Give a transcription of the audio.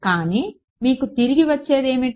కానీ మీకు తిరిగి వచ్చేది ఏమిటి